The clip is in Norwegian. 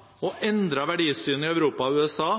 å fremme andre norske interesser og prioriterte saker. Globalisering og handelsavtaler har gjennom hele etterkrigstiden tjent Norge og verden godt. I møte med nye holdninger og endrede verdisyn i Europa og USA